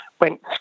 went